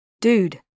Dude